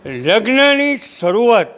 લગ્નની શરૂઆત